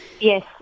Yes